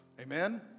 Amen